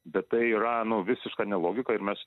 bet tai yra nu visiška nelogika ir mes